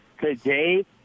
today